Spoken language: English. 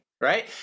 right